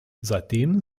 seitdem